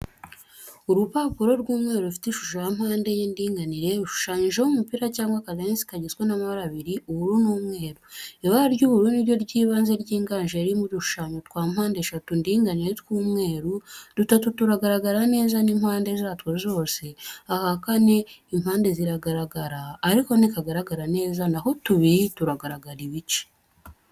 Urupapuro rw'umweru rufite ishusho ya mpandenye ndinganire. Rushushanyijeho, umupira cyangwa akadenesi kagizwe n'amabara abiri: ubururu n'umweru. Ibara ry'ubururu ni ryo ry'ibanze, ryiganje, ririmo udushushanyo twa mpandesheshatu ndinganire tw'umweru, dutatu turagaragara neza n'impande zatwo zose, aka kane impande ziragaragaraa ariko ntikagaragara neza, na ho tubiri, tugaragara ibice.